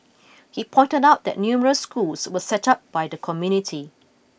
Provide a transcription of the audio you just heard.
he pointed out that numerous schools were set up by the community